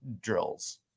drills